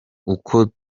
uko